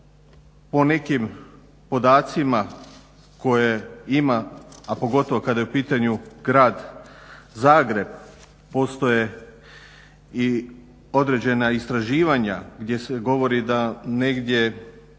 Po nekim podacima koje ima, a pogotovo kada je u pitanju grad Zagreb postoje i određena istraživanja gdje se govori da negdje